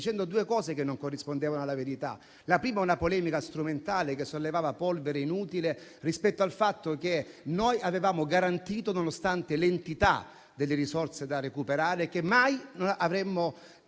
dicendo due cose che non corrispondevano alla verità. La prima era una polemica strumentale, che sollevava polvere inutile rispetto al fatto che noi avevamo garantito, nonostante l'entità delle risorse da recuperare, che mai avremmo